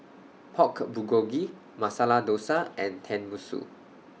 Pork Bulgogi Masala Dosa and Tenmusu